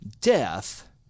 Death